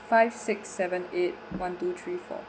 five six seven eight one two three four